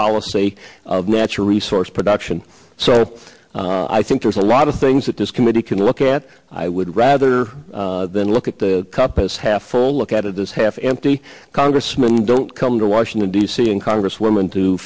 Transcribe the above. policy of natural resource production so i think there's a lot of things that this committee can look that i would rather than look at the cup as half full look at this half empty congressman don't come to washington d c and congresswoman to